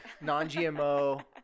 non-GMO